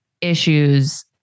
issues